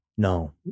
No